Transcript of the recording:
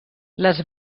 les